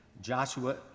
Joshua